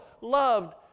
loved